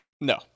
No